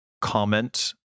comment